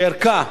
שערכה,